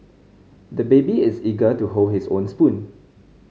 the baby is eager to hold his own spoon